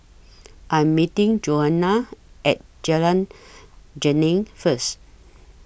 I'm meeting Johanna At Jalan Geneng First